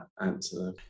answer